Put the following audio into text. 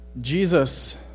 Jesus